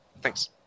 Thanks